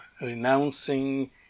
renouncing